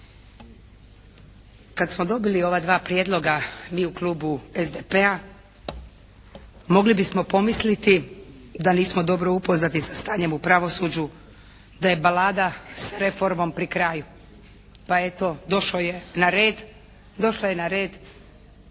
Kad smo dobili ova dva prijedloga mi u Klubu SDP-a mogli bismo pomisliti da nismo dobro upoznati sa stanjem u pravosuđu, da je balada s reformom pri kraju, pa eto došla je na red